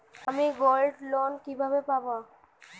আমি গোল্ডলোন কিভাবে পাব?